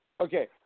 Okay